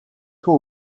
tôt